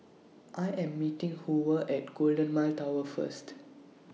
I Am meeting Hoover At Golden Mile Tower First